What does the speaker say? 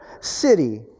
city